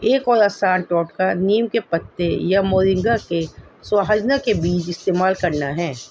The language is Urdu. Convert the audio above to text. ایک اور آسان ٹوٹکا نیم کے پتے یا مورنگا کے سوہجنا کے بیج استعمال کرنا ہے